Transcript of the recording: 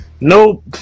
Nope